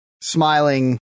smiling